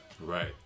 right